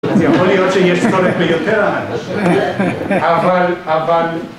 ‫זה יכול להיות שיש צורך ביותר, ‫אבל, אבל...